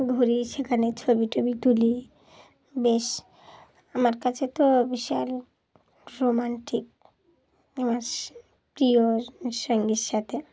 ঘুরি সেখানে ছবি টবি তুলি বেশ আমার কাছে তো বিশাল রোমান্টিক আমার প্রিয় সঙ্গীর সাথে